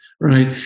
right